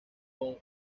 con